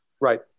Right